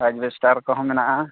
ᱮᱞᱵᱮᱥᱴᱟᱨ ᱠᱚᱦᱚᱸ ᱢᱮᱱᱟᱜᱼᱟ